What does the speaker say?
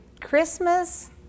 Christmas